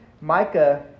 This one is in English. Micah